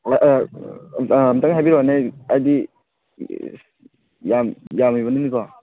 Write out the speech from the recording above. ꯑꯃꯨꯛꯇꯒ ꯍꯥꯏꯕꯤꯔꯛꯑꯣꯅꯦ ꯍꯥꯏꯕꯗꯤ ꯌꯥꯝ ꯌꯥꯝꯃꯤꯕꯅꯤꯅꯀꯣ